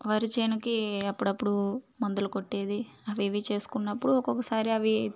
వరి చేనుకి అప్పుడప్పుడు మందులు కొట్టేది అవి ఇవి చేసుకున్నప్పుడు ఒక్కొక్కసారి అవి